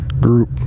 group